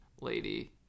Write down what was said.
lady